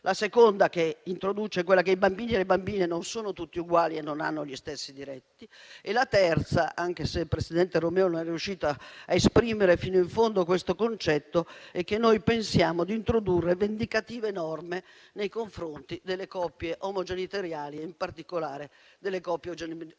La seconda che introduce è quella che i bambini e le bambine non sono tutti uguali e non hanno gli stessi diritti. La terza, anche se il presidente Romeo non è riuscito a esprimere fino in fondo questo concetto, è che noi pensiamo di introdurre norme vendicative nei confronti delle coppie omogenitoriali e in particolare delle coppie omogenitoriali